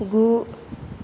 गु